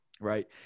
Right